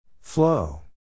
Flow